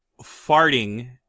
farting